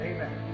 Amen